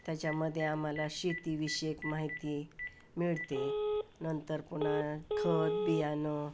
त्याच्यामध्ये आम्हाला शेतीविषयक माहिती मिळते आहे नंतर पुन्हा खतं बियाणं